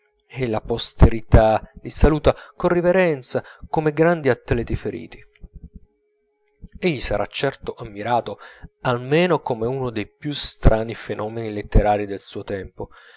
e la posterità li saluta con riverenza come grandi atleti feriti egli sarà certo ammirato almeno come uno dei più strani fenomeni letterari del suo tempo